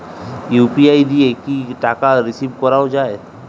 UPI দিয়ে কি টাকা রিসিভ করাও য়ায়?